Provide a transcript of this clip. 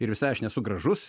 ir visai aš nesu gražus